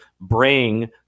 bring